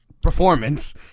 performance